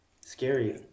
scary